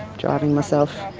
driving myself,